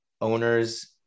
owners